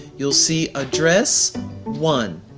you'll see address one,